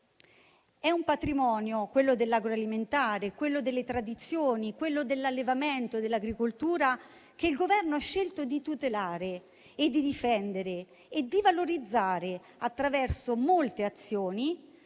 È un patrimonio, quello dell'agroalimentare, quello delle tradizioni e quello dell'allevamento e dell'agricoltura, che il Governo ha scelto di tutelare, di difendere e di valorizzare, attraverso molte azioni